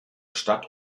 stadt